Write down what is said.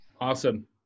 Awesome